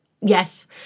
Yes